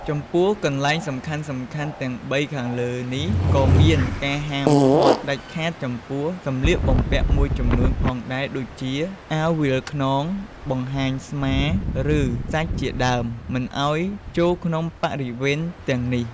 ចំពោះកន្លែងសំខាន់ៗទាំងបីខាងលើនេះ ក៏មានការហាមឃាត់ដាច់ខាតចំពោះសម្លៀកបំពាក់មួយចំនួនផងដែរដូចជា អាវវាលខ្នង បង្ហាញស្មា ឬ សាច់ជាដើម មិនឲ្យចូលក្នុងបរិវេណទាំងនេះ។